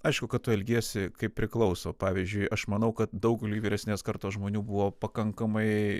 aišku kad tu elgiesi kaip priklauso pavyzdžiui aš manau kad daugeliui vyresnės kartos žmonių buvo pakankamai